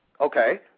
Okay